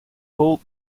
hold